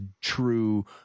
true